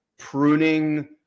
pruning